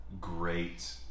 great